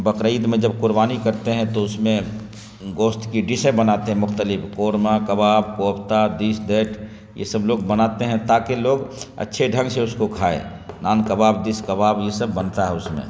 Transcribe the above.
بقرعید میں جب قربانی کرتے ہیں تو اس میں گوشت کی ڈشیں بناتے ہیں مختلف قورمہ کباب کوفتہ دس دیٹ یہ سب لوگ بناتے ہیں تاکہ لوگ اچھے ڈھنگ سے اس کو کھائیں نان کباب دس کباب یہ سب بنتا ہے اس میں